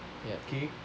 ya